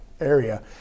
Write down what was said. area